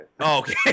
Okay